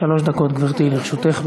שלוש דקות, גברתי, לרשותך.